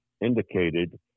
indicated